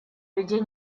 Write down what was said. людей